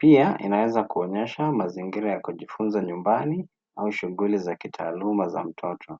Pia inaweza kuonyesha mazingira ya kujifunza nyumbani au shughuli za kitaaluma za mtoto.